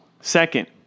second